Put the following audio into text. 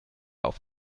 auf